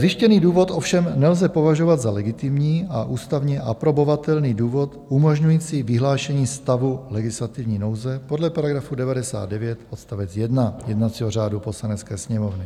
Zjištěný důvod ovšem nelze považovat za legitimní a ústavně aprobovatelný důvod umožňující vyhlášení stavu legislativní nouze podle § 99 odst. 1 jednacího řádu Poslanecké sněmovny.